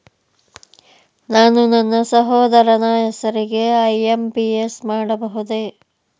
ನಾನು ನನ್ನ ಸಹೋದರನ ಹೆಸರಿಗೆ ಐ.ಎಂ.ಪಿ.ಎಸ್ ಮಾಡಬಹುದೇ?